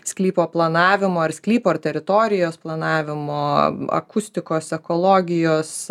sklypo planavimo ar sklypo ar teritorijos planavimo akustikos ekologijos